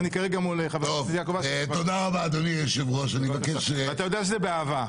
ואתה יודע שזה באהבה.